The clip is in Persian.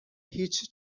هیچ